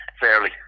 Fairly